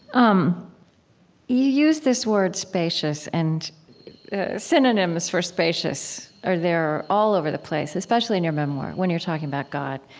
um you use this word, spacious, and synonyms for spacious are there all over the place, especially in your memoir when you're talking about god,